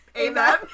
Amen